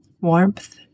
warmth